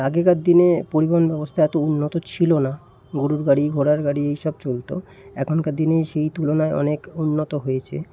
আগেকার দিনে পরিবহন ব্যবস্থা এত উন্নত ছিল না গরুর গাড়ি ঘোড়ার গাড়ি এসব চলতো এখনকার দিনে সেই তুলনায় অনেক উন্নত হয়েছে